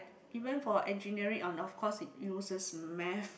even for engineering on of course it uses math